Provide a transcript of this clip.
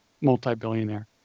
multi-billionaire